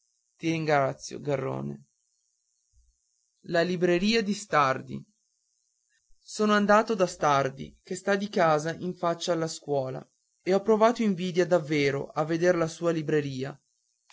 ti ringrazio garrone la libreria di stardi sono andato da stardi che sta di casa in faccia alla scuola e ho provato invidia davvero a veder la sua libreria